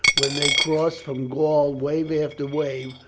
when they crossed from gaul wave after wave,